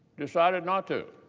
decided not to.